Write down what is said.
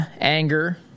anger